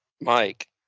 Mike